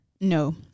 No